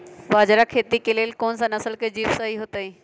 बाजरा खेती के लेल कोन सा नसल के बीज सही होतइ?